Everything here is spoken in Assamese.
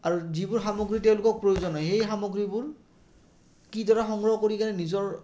আৰু যিবোৰ সামগ্ৰী তেওঁলোকক প্ৰয়োজন হয় সেই সামগ্ৰীবোৰ কি দৰে সংগ্ৰহ কৰি কিনে নিজৰ